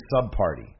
sub-party